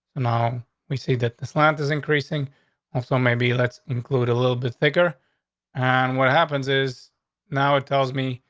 now we see that this land is increasing also. maybe let's include a little bit thicker on and what happens is now it tells me.